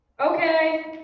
Okay